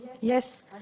Yes